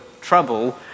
trouble